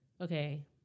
okay